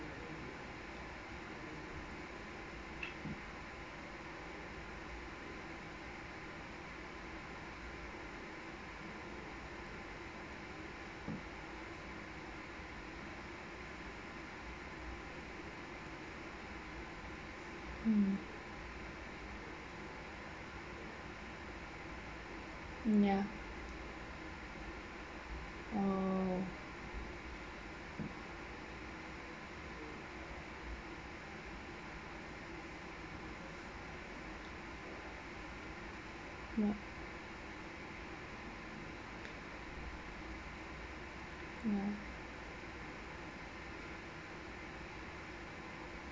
mm ya oh yup ya